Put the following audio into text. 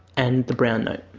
and the brown note.